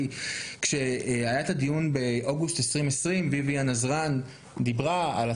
כי בדיון באוגוסט 2020 ויויאן אזרן הביעה את